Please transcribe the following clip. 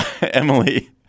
Emily